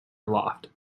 aloft